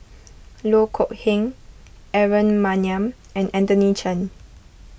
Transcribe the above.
Loh Kok Heng Aaron Maniam and Anthony Chen